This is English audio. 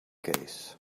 case